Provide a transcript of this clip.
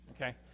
okay